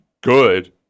good